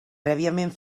prèviament